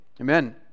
Amen